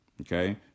okay